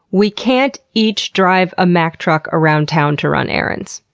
we can't each drive a mack truck around town to run errands.